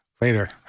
later